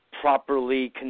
properly